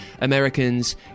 Americans